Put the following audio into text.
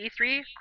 E3